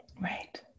Right